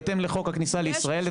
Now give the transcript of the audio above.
בהתאם לחוק הכניסה לישראל,